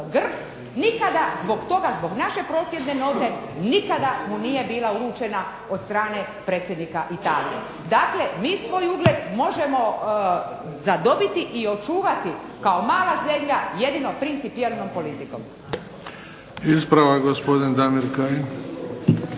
nikada zbog toga, zbog naše prosvjedne note nikada mu nije bila uručena od strane predsjednika Italije. Dakle, mi svoj ugled možemo zadobiti i očuvati kao mala zemlja jedino principijelnom politikom. **Bebić, Luka (HDZ)** Ispravak, gospodin Damir Kajin.